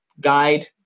guide